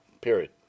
period